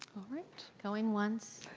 all right, going once.